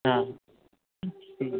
हाँ ठीक है